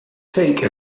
take